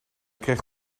kreeg